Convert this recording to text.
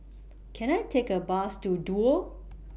Can I Take A Bus to Duo